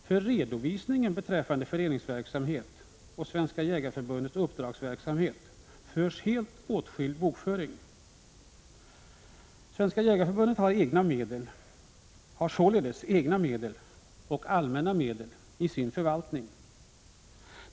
För redovisningen av föreningsverksamhet och Svenska jägareförbundets uppdragsverksamhet förs helt åtskild bokföring. Svenska jägareförbundet har således egna medel och allmänna medel i sin förvaltning.